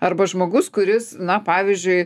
arba žmogus kuris na pavyzdžiui